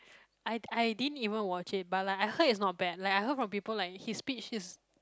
I I didn't even watch it but like I heard it's not bad like I heard from people like his speech is